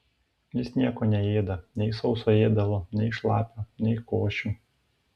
jis nieko neėda nei sauso ėdalo nei šlapio nei košių